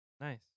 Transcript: nice